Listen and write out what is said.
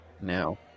now